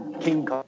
King